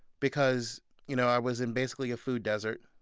because you know i was in, basically, a food desert.